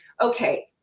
okay